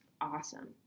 awesome